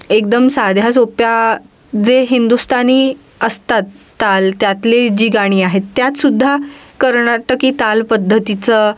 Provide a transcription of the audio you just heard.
एकदम साध्या सोप्या जे हिंदुस्तानी असतात ताल त्यातले जी गाणी आहेत त्यात सुद्धा कर्नाटकी ताल पद्धतीचं